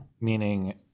meaning